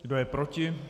Kdo je proti?